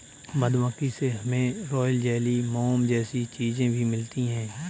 मधुमक्खी से हमे रॉयल जेली, मोम जैसी चीजे भी मिलती है